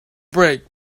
break